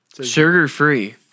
Sugar-free